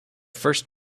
first